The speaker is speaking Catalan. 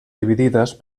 dividides